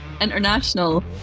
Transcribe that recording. international